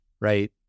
right